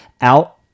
out